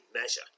measure